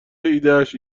ایدهاش